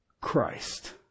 Christ